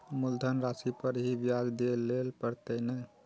मुलधन राशि पर ही नै ब्याज दै लै परतें ने?